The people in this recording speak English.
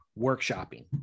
workshopping